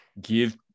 give